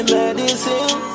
medicine